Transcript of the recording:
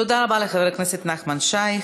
תודה רבה לחבר הכנסת נחמן שי.